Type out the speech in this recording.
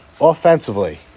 Offensively